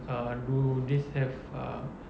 uh do this have uh